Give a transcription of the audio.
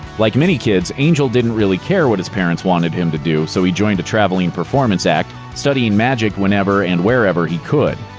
like many kids, angel didn't really care what his parents wanted him to do, so he joined a traveling performance act, studying magic whenever and wherever he could.